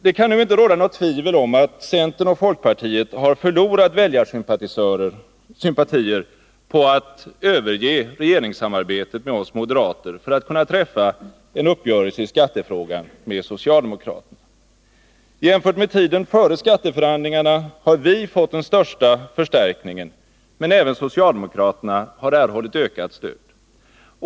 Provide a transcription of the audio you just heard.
Det kan nu inte råda något tvivel om att centern och folkpartiet har förlorat väljarsympatier på att överge regeringssamarbetet med oss moderater för att kunna träffa en uppgörelse i skattefrågan med socialdemokraterna. Jämfört med tiden före skatteförhandlingarna har vi fått den största förstärkningen, men även socialdemokraterna har erhållit ökat stöd.